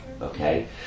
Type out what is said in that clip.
Okay